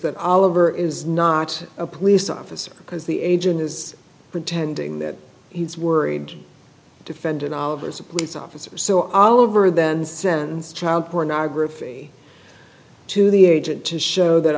that oliver is not a police officer because the agent is pretending that he's worried defended oliver is a police officer so oliver then sends child pornography to the agent to show that